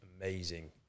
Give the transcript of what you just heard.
amazing